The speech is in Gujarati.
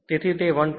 તેથી તે 1